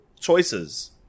choices